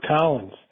Collins